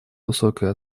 высокой